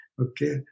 Okay